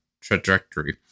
trajectory